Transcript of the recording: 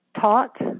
taught